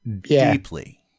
deeply